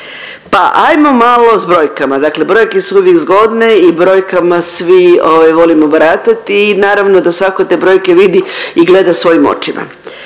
Pa ajmo malo s brojkama, dakle brojke su uvijek zgodne i brojkama svi ovaj volimo baratati i naravno da svako te brojke vidi i gleda svojim očima.